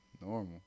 normal